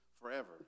forever